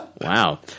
Wow